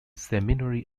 seminary